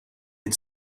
had